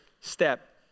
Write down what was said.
step